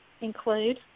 include